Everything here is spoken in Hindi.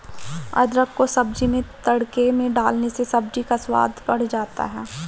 अदरक को सब्जी में तड़के में डालने से सब्जी का स्वाद बढ़ जाता है